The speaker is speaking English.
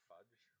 Fudge